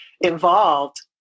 involved